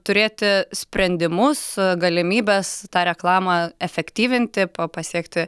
turėti sprendimus galimybes tą reklamą efektyvinti pa pasiekti